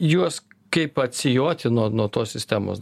juos kaip atsijoti nuo nuo tos sistemos